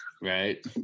Right